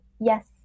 Yes